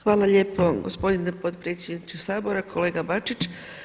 Hvala lijepo gospodine potpredsjedniče Sabora, kolega Bačić.